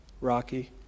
Rocky